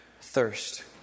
thirst